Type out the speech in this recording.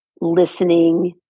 listening